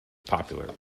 popular